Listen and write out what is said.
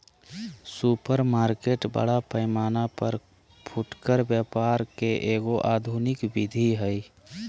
supermarket बड़ा पैमाना पर फुटकर व्यापार के एगो आधुनिक विधि हइ